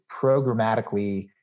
programmatically